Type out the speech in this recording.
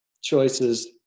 choices